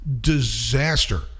disaster